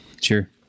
Sure